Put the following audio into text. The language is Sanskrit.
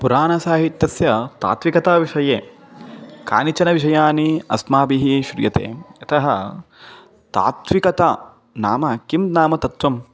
पुराणसाहित्यस्य तात्विकतायाः विषये केचन विषयाः अस्माभिः श्रूयते यतः तात्विकता नाम किं नाम तत्त्वं